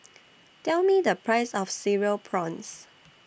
Tell Me The Price of Cereal Prawns